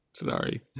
Sorry